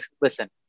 listen